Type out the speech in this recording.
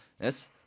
Yes